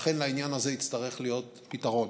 לכן, לעניין הזה יצטרך להיות פתרון.